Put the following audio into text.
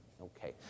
Okay